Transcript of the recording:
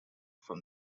from